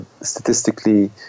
statistically